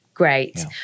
great